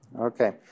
Okay